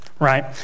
right